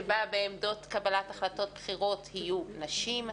ושבעמדות קבלת החלטה בכירות יהיו נשים.